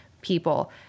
people